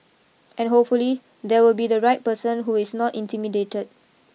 and hopefully there will be the right person who is not intimidated